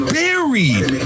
buried